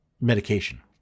Medication